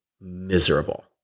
miserable